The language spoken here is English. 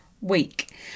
week